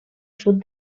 sud